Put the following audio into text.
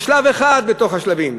זה שלב אחד בתוך השלבים.